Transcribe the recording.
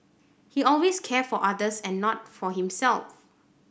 he always cares for others and not for himself